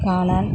കാണാൻ